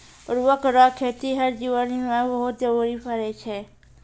उर्वरक रो खेतीहर जीवन मे बहुत जरुरी पड़ै छै